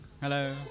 Hello